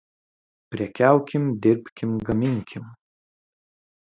prekiaukim dirbkim gaminkim